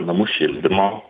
namų šildymo